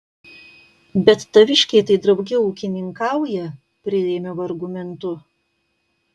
bet taviškiai tai drauge ūkininkauja prirėmiau argumentu